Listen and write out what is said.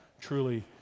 truly